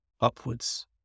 upwards